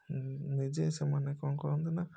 ନିଜେ ସେମାନେ କ'ଣ କରନ୍ତି ନା